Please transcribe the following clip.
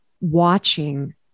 watching